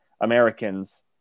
Americans